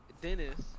Dennis